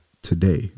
today